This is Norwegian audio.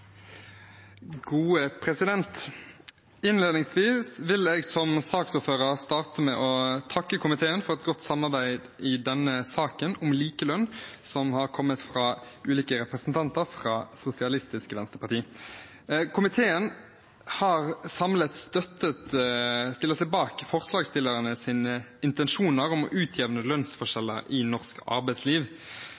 saksordfører starte med å takke komiteen for et godt samarbeid i denne saken om likelønn, som er kommet fra ulike representanter fra Sosialistisk Venstreparti. Komiteen har samlet stilt seg bak forslagsstillernes intensjoner om å utjevne